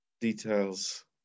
details